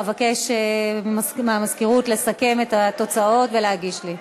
אבקש מהמזכירות לסכם את התוצאות ולהגיש לי.